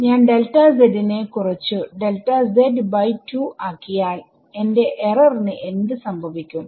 ഞാൻ നെ കുറച്ചു ആക്കിയാൽ എന്റെ എറർ ന് എന്ത് സംഭവിക്കും